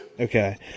okay